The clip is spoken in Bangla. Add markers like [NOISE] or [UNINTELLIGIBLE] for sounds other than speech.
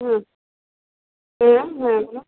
হুম [UNINTELLIGIBLE]